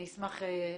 סיימתי.